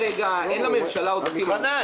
אין לממשלה עודפים היום.